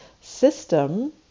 system